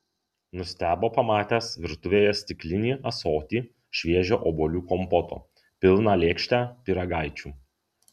nustebo pamatęs virtuvėje stiklinį ąsotį šviežio obuolių kompoto pilną lėkštę pyragaičių